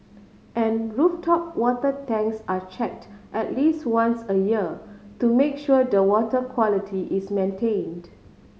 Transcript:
and rooftop water tanks are checked at least once a year to make sure the water quality is maintained